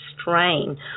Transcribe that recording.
strain